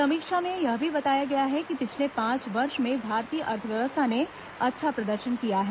समीक्षा में यह भी बताया गया है कि पिछले पांच वर्ष में भारतीय अर्थव्यवस्था ने अच्छा प्रदर्शन किया है